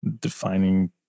defining